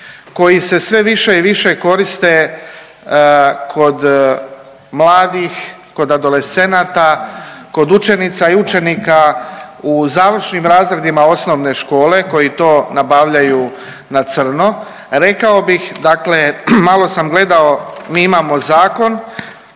koji se sve više i više koriste kod mladih, kod adolescenata, kod učenica i učenika u završnim razredima osnovne škole koji to nabavljaju na crno. Rekao bih dakle malo sam gledao mi imamo zakon